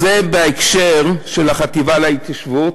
אז זה בהקשר של החטיבה להתיישבות.